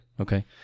okay